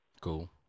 Cool